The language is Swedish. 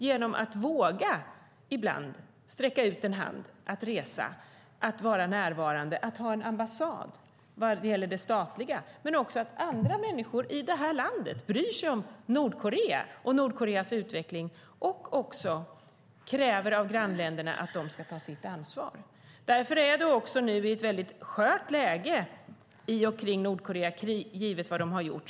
Genom att våga sträcka ut en hand, att resa, att vara närvarande och att ha en ambassad visar vi att människor i det här landet bryr sig om Nordkorea och Nordkoreas utveckling och också kräver av grannländerna att de ska ta sitt ansvar. Det är nu ett väldigt skört läge i och omkring Nordkorea givet vad de har gjort.